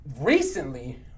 Recently